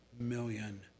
million